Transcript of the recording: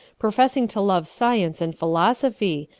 professing to love science and philosophy,